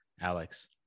Alex